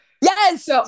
Yes